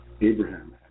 Abraham